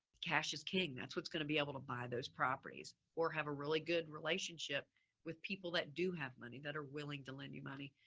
cash is king. that's what's going to be able to buy those properties or have a really good relationship with people that do have money that are willing to lend you money.